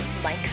Mike